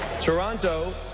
Toronto